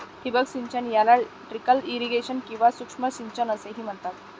ठिबक सिंचन याला ट्रिकल इरिगेशन किंवा सूक्ष्म सिंचन असेही म्हणतात